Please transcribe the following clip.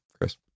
Chris